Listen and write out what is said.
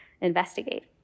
investigate